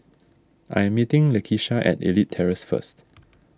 I am meeting Lakeisha at Elite Terrace first